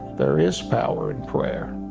there is power in prayer.